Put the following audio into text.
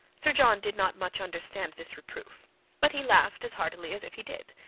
sir john did not much understand this reproof but he laughed as heartily as if he did,